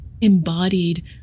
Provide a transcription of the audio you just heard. embodied